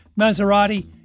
Maserati